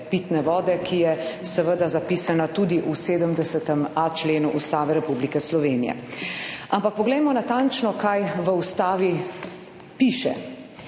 ki je seveda zapisana tudi v 70.a členu Ustave Republike Slovenije. Ampak poglejmo natančno kaj v Ustavi piše.